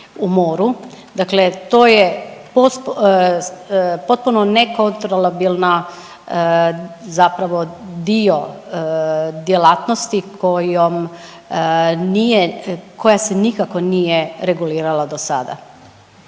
dakle to je potpuno nekontrolabilna zapravo dio djelatnosti kojom nije, koja se nikako nije regulirala do sada.